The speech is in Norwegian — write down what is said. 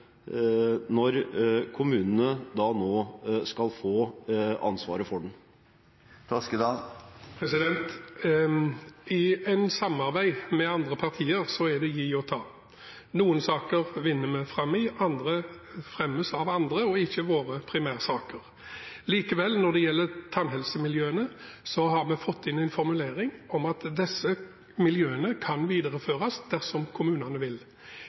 når kommunene nå skal få ansvaret for den. I et samarbeid med andre partier er det å gi og ta. Noen saker vinner vi fram i, andre fremmes av andre og er ikke våre primærsaker. Likevel, når det gjelder tannhelsemiljøene, har vi fått inn en formulering om at disse miljøene kan videreføres dersom kommunene vil.